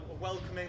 welcoming